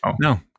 no